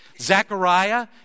Zechariah